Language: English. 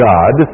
God